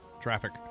traffic